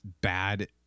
bad